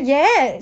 yes